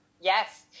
Yes